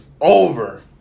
over